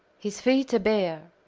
his feet are bare.